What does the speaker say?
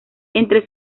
entre